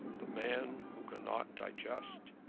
the man who cannot digest,